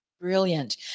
Brilliant